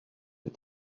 est